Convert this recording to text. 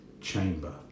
chamber